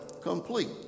complete